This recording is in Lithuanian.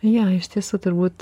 jo iš tiesų turbūt